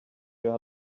you